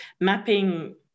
mapping